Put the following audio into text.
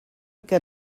que